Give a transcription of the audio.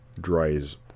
dries